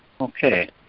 Okay